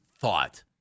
thought